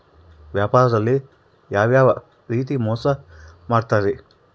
ವ್ಯಾಪಾರದಲ್ಲಿ ಯಾವ್ಯಾವ ರೇತಿ ಮೋಸ ಮಾಡ್ತಾರ್ರಿ?